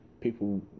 People